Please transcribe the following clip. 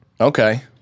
Okay